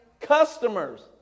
Customers